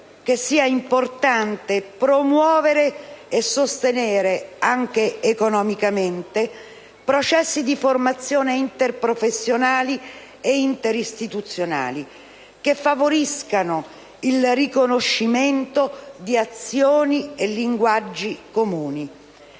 che sia importante promuovere e sostenere, anche economicamente, processi di formazione interprofessionali e interistituzionali che favoriscano il riconoscimento di azioni e linguaggi comuni.